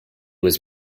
was